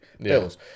bills